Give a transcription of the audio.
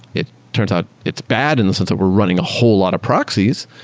it turns out it's bad in the sense that we're running a whole lot of proxies,